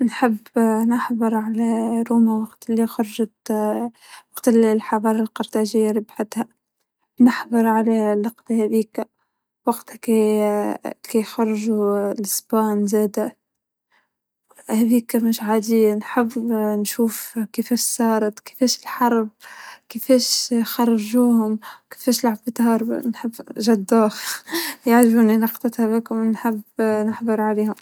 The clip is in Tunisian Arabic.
لا مو حدث واحد لكن أعتقد إني أعشق فكرة التحرر يعني الأوجات اللي اللي الدول اللي كانت مستعمرة نالت استقلاليتها أنا- أنا أبي أشاهد هذا الحدث أو إني أحظر مو دولة بعينها لكن في العموم أبي أشهد لحظة-لحظة الإستقلال.